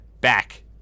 back